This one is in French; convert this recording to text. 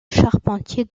charpentier